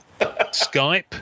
Skype